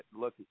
look